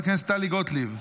חברת הכנסת טלי גוטליב,